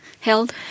held